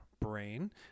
brain